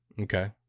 Okay